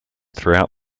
throughout